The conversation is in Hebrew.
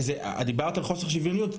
דיברת על חוסר שוויוניות,